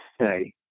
say